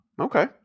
Okay